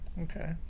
Okay